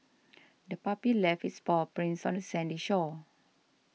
the puppy left its paw prints on the sandy shore